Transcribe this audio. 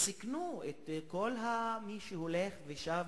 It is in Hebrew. והם סיכנו את כל מי שהולך ושב.